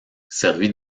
servit